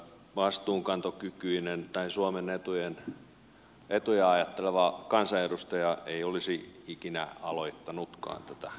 vastuunkantokykyinen suomen etuja ajatteleva kansanedustaja ei olisi ikinä aloittanutkaan tätä rahoitusruljanssia